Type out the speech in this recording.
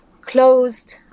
closed